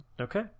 Okay